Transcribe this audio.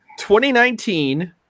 2019